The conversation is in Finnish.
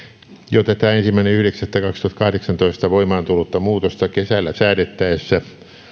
jo tätä ensimmäinen yhdeksättä kaksituhattakahdeksantoista voimaan tullutta muutosta kesällä säädettäessä